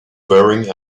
wearing